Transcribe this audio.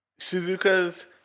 Suzuka's